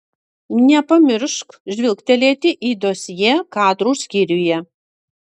nepamiršk žvilgtelėti į dosjė kadrų skyriuje